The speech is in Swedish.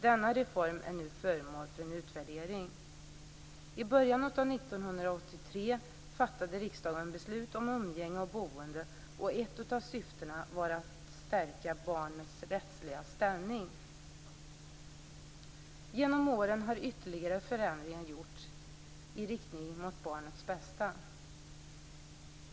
Denna reform är nu föremål för en utvärdering. I början av 1983 fattade riksdagen beslut om umgänge och boende, och ett av syftena var att stärka barnets rättsliga ställning. Genom åren har ytterligare förändringar gjorts i riktning mot barnets bästa.